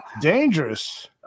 Dangerous